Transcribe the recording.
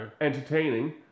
entertaining